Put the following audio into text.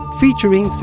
featuring